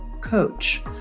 coach